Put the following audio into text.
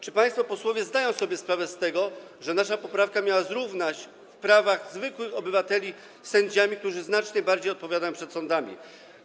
Czy państwo posłowie zdają sobie sprawę z tego, że nasza poprawka miała zrównać w prawach zwykłych obywateli, którzy znacznie bardziej odpowiadają przed sądami, z sędziami?